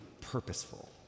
purposeful